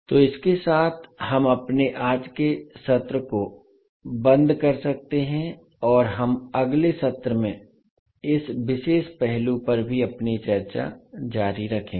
तो इसके साथ हम अपने आज के सत्र को बंद कर सकते हैं और हम अगले सत्र में इस विशेष पहलू पर भी अपनी चर्चा जारी रखेंगे